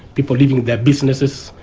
people leaving their businesses,